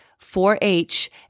4-H